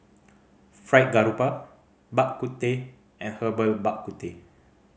Fried Garoupa Bak Kut Teh and Herbal Bak Ku Teh